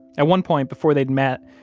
at one point, before they'd met,